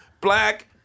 Black